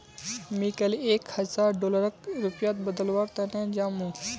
मी कैल एक हजार डॉलरक रुपयात बदलवार तने जामु